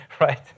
Right